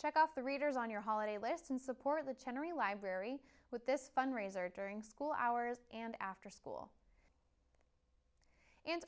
check off the readers on your holiday list and support the general library with this fundraiser during school hours and after school